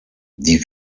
die